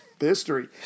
history